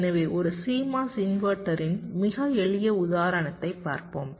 எனவே ஒரு CMOS இன்வெர்ட்டரின் மிக எளிய உதாரணத்தைப் பார்ப்போம்